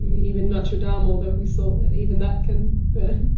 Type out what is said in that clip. even notre dame, although we saw that even that can burn,